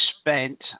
spent